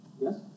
Yes